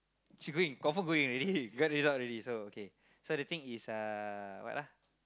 she going confirm going already get result already so okay so the thing is uh what ah